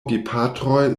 gepatroj